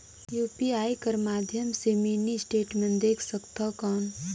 UPI कर माध्यम से मिनी स्टेटमेंट देख सकथव कौन?